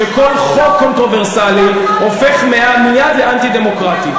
שכל חוק קונטרוברסלי הופך מייד לאנטי-דמוקרטי.